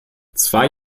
zwei